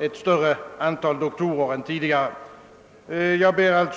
ett större antal doktorer än tidigare. Herr talman!